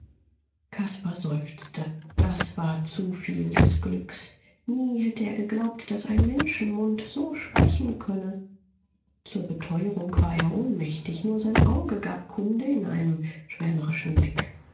caspar seufzte das war zu viel des glücks nie hätte er geglaubt daß ein menschenmund so sprechen könne zur beteuerung war er ohnmächtig nur sein auge gab kunde in einem schwärmerischen blick